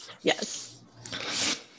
Yes